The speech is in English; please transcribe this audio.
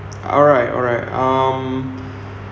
alright alright um